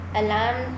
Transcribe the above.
alarm